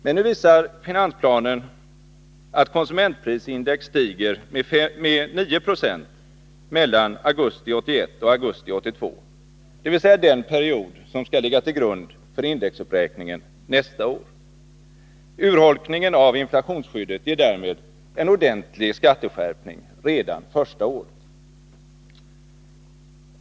Men nu visar finansplanen att konsumentprisinidex stiger med 9 76 mellan augusti 1981 och augusti 1982, dvs. den period som skall ligga till grund för indexuppräkningen nästa år. Urholkningen av inflationsskyddet ger därmed en ordentlig skatteskärpning redan första året.